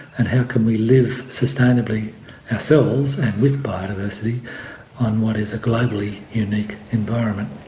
and how can we live sustainably ourselves and with biodiversity on what is a globally unique environment.